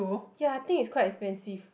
ya I think is quite expensive